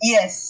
Yes